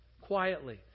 Quietly